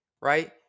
right